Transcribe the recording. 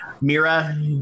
Mira